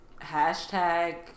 Hashtag